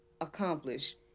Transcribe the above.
accomplish